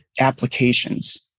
applications